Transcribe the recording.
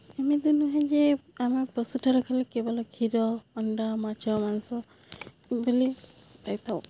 ଏମିତି ନୁହେଁ ଯେ ଆମେ ପଶୁଠାରୁ ଖାଲି କେବଳ କ୍ଷୀର ଅଣ୍ଡା ମାଛ ମାଂସ ବୋଲି ପାଇଥାଉ